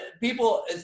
people